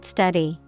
Study